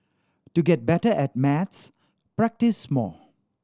to get better at maths practise more